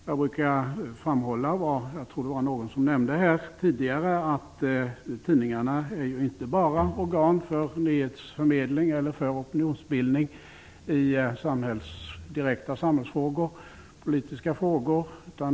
Jag brukar framhålla att tidningarna inte bara är organ för nyhetsförmedling eller för opinionsbildning i direkta samhällsfrågor och politiska frågor.